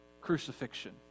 crucifixion